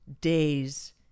days